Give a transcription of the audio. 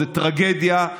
זאת טרגדיה,